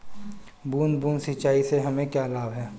बूंद बूंद सिंचाई से हमें क्या लाभ है?